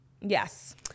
Yes